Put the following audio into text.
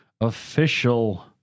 official